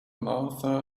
martha